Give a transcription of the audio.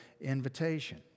invitation